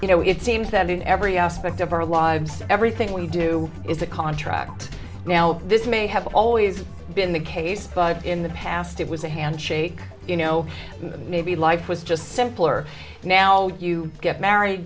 you know it seems that in every aspect of our lives everything we do is a contract now this may have always been the case but in the past it was a handshake you know maybe life was just simpler now you get married